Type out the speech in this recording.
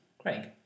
Craig